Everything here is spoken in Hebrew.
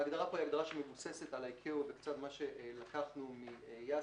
ההגדרה פה מבוססת על ה-ICAO וקצת על מה שלקחנו מ-YASA,